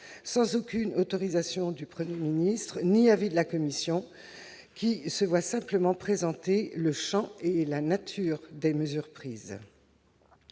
sans aucune autorisation du Premier ministre ni avis de la Commission, qui se voit simplement « présenter » le champ et la nature des mesures prises.